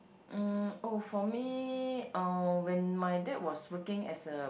mm oh for me uh when my dad was working as a